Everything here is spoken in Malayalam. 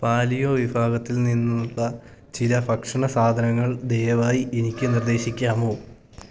പാലിയോ വിഭാഗത്തിൽ നിന്നുള്ള ചില ഭക്ഷണ സാധനങ്ങൾ ദയവായി എനിക്ക് നിർദ്ദേശിക്കാമോ